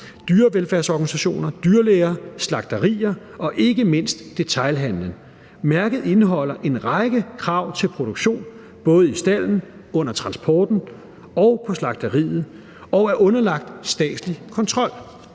dyrevelfærdsorganisationer, dyrlæger, slagterier og ikke mindst detailhandelen. Mærket indeholder en række krav til produktion, både i stalden, under transporten og på slagteriet, og er underlagt statslig kontrol.